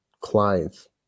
clients